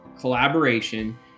collaboration